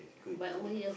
if girl you